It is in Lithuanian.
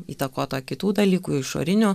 įtakota kitų dalykų išorinių